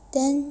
then